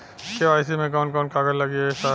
KYC मे कवन कवन कागज लगी ए साहब?